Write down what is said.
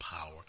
power